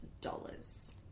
dollars